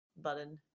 button